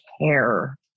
care